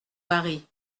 mari